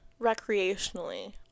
recreationally